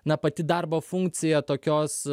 na pati darbo funkcija tokios